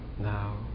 Now